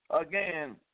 again